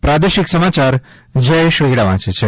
પ્રાદેશિક સમાચાર જયેશ વેગડા વાંચે છે